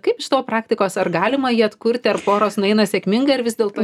kaip iš tavo praktikos ar galima jį atkurti ar poros nueina sėkmingai ar vis dėlto